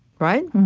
right?